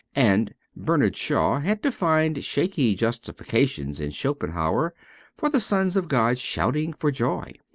and bernard shaw had to find shaky justifications in schopenhauer for the sons of god shouting for joy.